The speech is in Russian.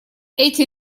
эти